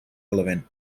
element